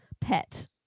pet